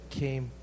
came